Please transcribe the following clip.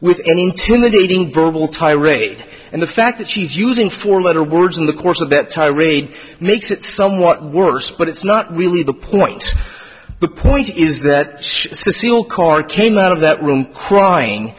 intimidating verbal tirade and the fact that she's using four letter words in the course of that tirade makes it somewhat worse but it's not really the point the point is that she silk car came out of that room crying